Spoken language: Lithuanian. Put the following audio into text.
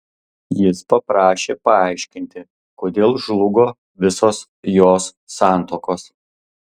jis paprašė paaiškinti kodėl žlugo visos jos santuokos